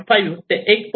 5 ते 1